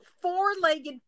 four-legged